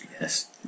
Yes